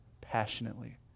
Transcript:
passionately